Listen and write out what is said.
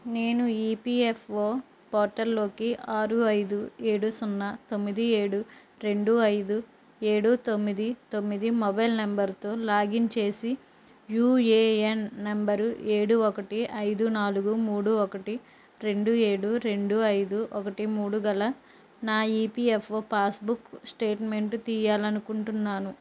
నేను ఈపిఎఫ్ఓ పోర్టల్లోకి ఆరు అయిదు ఏడు సున్నా తొమ్మిది ఏడు రెండు అయిదు ఏడు తొమ్మిది తొమ్మిది మొబైల్ నెంబర్తో లాగిన్ చేసి యుఏఎన్ నెంబరు ఏడు ఒకటి అయిదు నాలుగు మూడు ఒకటి రెండు ఏడు రెండు అయిదు ఒకటి మూడు గల నా ఈపిఎఫ్ఓ పాస్బుక్ స్టేట్మెంట్ తియ్యాలి అనుకుంటున్నాను